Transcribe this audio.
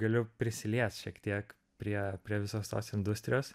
galiu prisiliest šiek tiek prie prie visos tos industrijos